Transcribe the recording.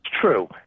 true